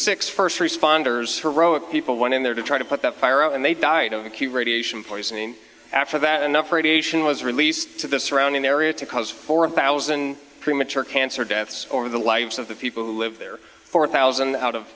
six first responders heroic people went in there to try to put the fire out and they died of acute radiation poisoning after that enough radiation was released to the surrounding area to cause for a thousand premature cancer deaths or the lives of the people who lived there four thousand out of